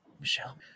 Michelle